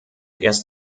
erst